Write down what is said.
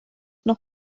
noch